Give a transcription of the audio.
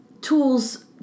tools